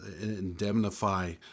indemnify